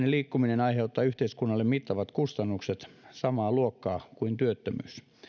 liikkuminen aiheuttaa yhteiskunnalle mittavat kustannukset samaa luokkaa kuin työttömyys